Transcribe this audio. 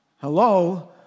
hello